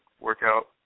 workout